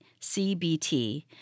CBT